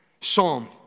Psalm